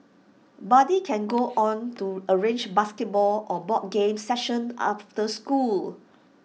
buddy can go on to arrange basketball or board games sessions after school